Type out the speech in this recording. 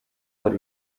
por